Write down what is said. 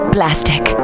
Plastic